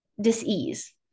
dis-ease